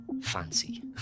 fancy